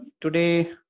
Today